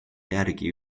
järgi